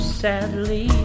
Sadly